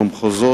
במחוזות,